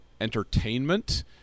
entertainment